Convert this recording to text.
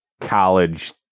college